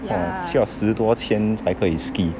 !wah! 需要十多千才可以 ski